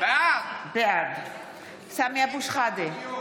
בעד סמי אבו שחאדה,